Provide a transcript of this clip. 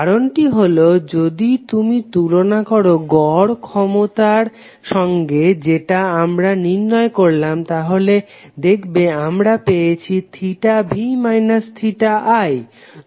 কারণটি হলো যদি তুমি তুলনা করো গড় ক্ষমতার সঙ্গে যেটা আমরা নির্ণয় করলাম তাহলে দেখবে আমরা পেয়েছি v i